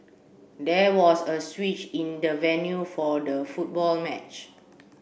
there was a switch in the venue for the football match